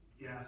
yes